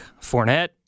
Fournette